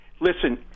listen